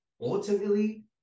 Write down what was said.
Ultimately